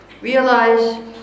realize